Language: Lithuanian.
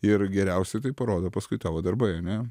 ir geriausiai tai parodo paskui tavo darbai ane